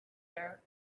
air